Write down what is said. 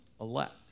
elect